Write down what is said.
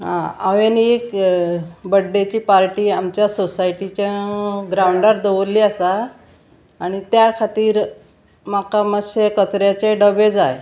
आं हांवेन एक बड्डेची पार्टी आमच्या सोसायटीच्या ग्रावंडार दवरली आसा आनी त्या खातीर म्हाका मातशे कचऱ्याचे डबे जाय